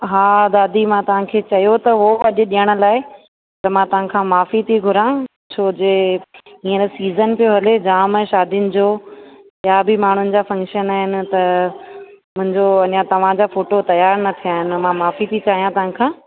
हा दादी मां तव्हांखे चयो त हो अॼु ॾेअण लाइ त मां तव्हांखां माफ़ी थी घुरा छो जे हीअंर सीजन पियो हले जाम आहिनि शादियुनि जो ॿिया बि माण्हुनि जा फंक्शन आहिनि त मुंहिंजो अञा तव्हांजा फ़ोटो तयार न थिया आहिनि मां माफ़ी थी चाहियां तव्हांखां